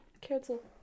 Cancel